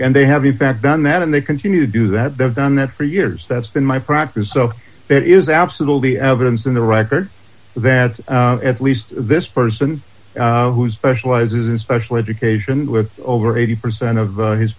and they have you back done that and they continue to do that they've done that for years that's been my practice so that is absolutely evidence in the record that at least this person who specializes in special education with over eighty percent of